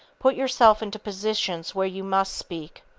put yourself into positions where you must speak.